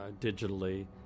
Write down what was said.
digitally